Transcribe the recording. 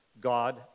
God